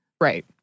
right